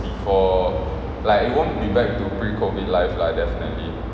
before like it won't be back to pre-COVID life lah definitely